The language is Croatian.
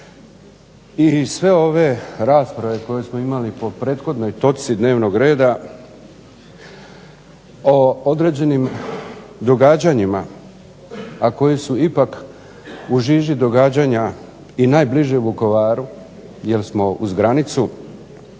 I sve ove rasprave koje smo imali po prethodnoj točki dnevnog reda o određenim događanjima, a koji su ipak u žiži događanja i najbliže Vukovaru jer smo uz granicu